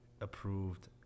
approved